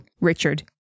Richard